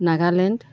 Nagaland